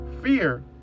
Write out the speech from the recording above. Fear